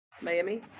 Miami